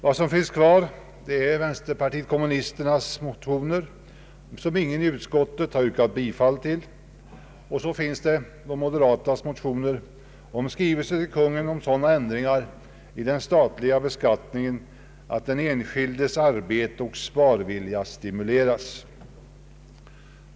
Vad som finns kvar är vänsterpartiet kommunisternas motioner, som ingen i utskottet har yrkat bifall till, och därutöver finns de moderatas motioner om skrivelse till Kungl. Maj:t om sådana ändringar i den statliga beskattningen Ang. den ekonomiska politiken, m.m. att den enskildes arbetsoch sparvilja stimuleras.